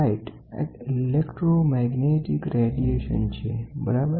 light એક electromagnetic radiation છે બરાબર